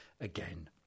again